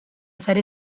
sare